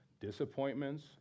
disappointments